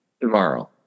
tomorrow